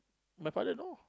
my father know